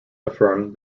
affirmed